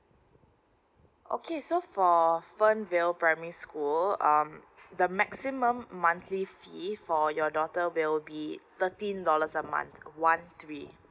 okay so for fernvale primary school so um the maximum monthly fee for your daughter will be thirteen dollars a month one three